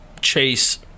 Chase